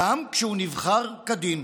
גם כשהוא נבחר כדין.